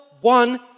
one